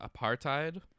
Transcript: apartheid